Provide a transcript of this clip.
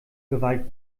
gewalt